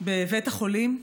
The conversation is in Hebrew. בבית החולים.